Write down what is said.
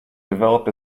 developed